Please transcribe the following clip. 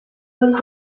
molles